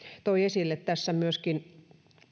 toi esille myöskin